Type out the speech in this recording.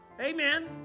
Amen